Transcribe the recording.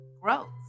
growth